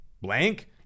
blank